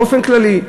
באופן כללי,